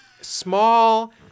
Small